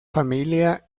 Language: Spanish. familia